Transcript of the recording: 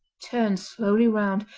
turned slowly round,